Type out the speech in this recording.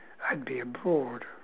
I'd be in port